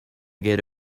get